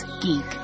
geek